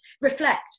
Reflect